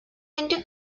into